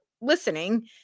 listening